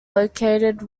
located